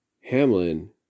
Hamlin